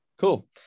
cool